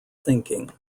thinking